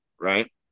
right